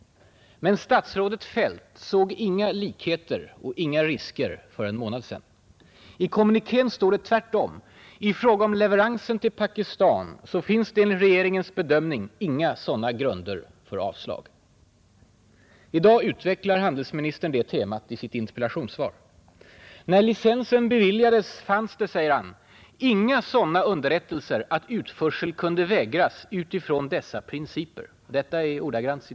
Men statsrådet Feldt såg inga likheter och inga risker för en månad sedan. I kommunikén står det tvärtom: ”I fråga om leveransen till Pakistan finns det enligt regeringens bedömning inga sådana grunder för avslag”. I dag utvecklar handelsministern det temat i sitt interpellationssvar. När licensen beviljades fanns det, säger han, ”inga sådana underrättelser att utförsel kunde vägras utifrån dessa principer.